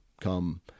come